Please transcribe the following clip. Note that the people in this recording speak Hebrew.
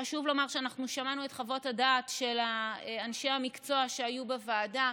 חשוב לומר שאנחנו שמענו את חוות הדעת של אנשי המקצוע שהיו בוועדה.